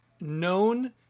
known